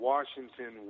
Washington